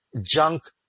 junk